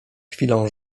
chwilą